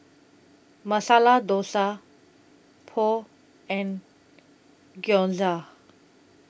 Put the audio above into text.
Masala Dosa Pho and Gyoza